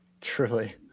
Truly